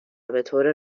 بطور